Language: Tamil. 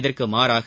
இதற்கு மாறாக